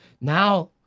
now